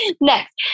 next